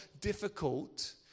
difficult